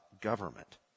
government